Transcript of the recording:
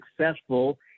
successful